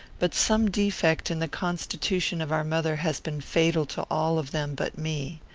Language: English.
but some defect in the constitution of our mother has been fatal to all of them but me.